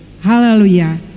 hallelujah